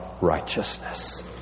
righteousness